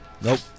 Nope